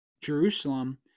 Jerusalem